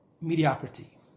mediocrity